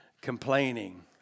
complaining